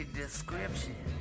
description